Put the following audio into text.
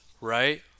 right